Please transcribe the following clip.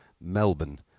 Melbourne